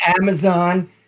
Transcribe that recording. Amazon